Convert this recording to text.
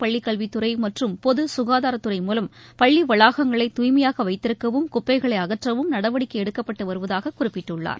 பள்ளிக்கல்வி துறை மற்றும் பொது ககாதாரத்துறை மூலம் பள்ளி வளாகங்களை தூய்மையாக வைத்திருக்கவும் குப்பைகளை அகற்றவும் நடவடிக்கை எடுக்கப்பட்டு வருவதாக குறிப்பிட்டுள்ளார்